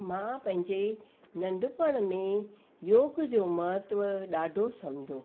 मां पंहिंजे नंढपण में ई योग जो महत्व ॾाढो समुझो